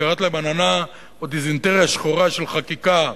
שקראתי להם עננה או דיזנטריה שחורה של חקיקה,